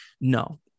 No